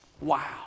Wow